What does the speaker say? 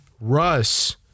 Russ